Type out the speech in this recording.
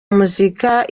muzika